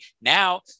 now